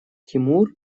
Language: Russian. тимур